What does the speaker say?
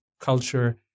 culture